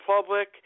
public